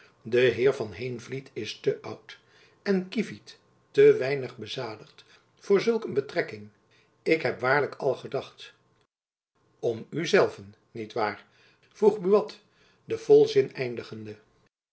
de heer van heenvliet is te oud en kievit te weinig bezadigd voor zulk een betrekking ik heb waarlijk al gedacht om u zelven niet waar vroeg buat den volzin eindigende